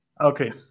Okay